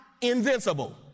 invincible